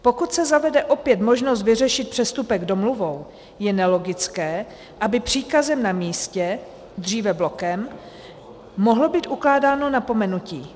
Pokud se zavede opět možnost vyřešit přestupek domluvou, je nelogické, aby příkazem na místě, dříve blokem, mohlo být ukládáno napomenutí.